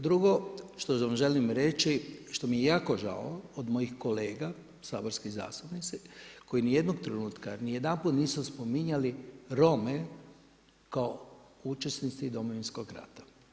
Drugo što vam želim reći, što mi je jako žao od mojih kolega, saborskih zastupnika, koji ni jednog trenutka, ni jedanput nisu spominjali Rome kao učesnici Domovinskog rata.